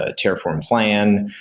ah terraform plan.